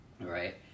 right